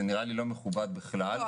זה נראה לי לא מכובד בכלל.